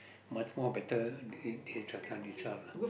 much more better these days your time is up lah